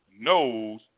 knows